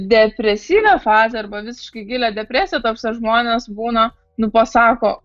depresyvią fazę arba visiškai gilią depresiją ta prasme žmonės būna nu pasako